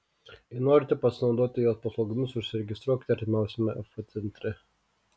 jei norite pasinaudoti jos paslaugomis užsiregistruokite artimiausiame af centre